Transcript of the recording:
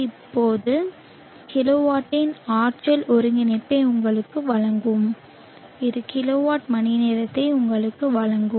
இப்போது இது கிலோவாட்டின் ஆற்றல் ஒருங்கிணைப்பை உங்களுக்கு வழங்கும் இது கிலோவாட் மணிநேரத்தை உங்களுக்கு வழங்கும்